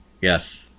Yes